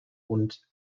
und